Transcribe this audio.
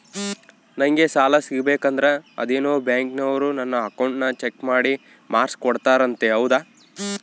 ನಂಗೆ ಸಾಲ ಸಿಗಬೇಕಂದರ ಅದೇನೋ ಬ್ಯಾಂಕನವರು ನನ್ನ ಅಕೌಂಟನ್ನ ಚೆಕ್ ಮಾಡಿ ಮಾರ್ಕ್ಸ್ ಕೊಡ್ತಾರಂತೆ ಹೌದಾ?